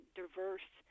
diverse